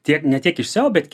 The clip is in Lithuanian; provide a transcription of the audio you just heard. tiek ne tiek iš seo bet